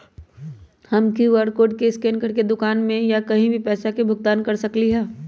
हम QR code scan करके दुकान में या कहीं भी पैसा के भुगतान कर सकली ह?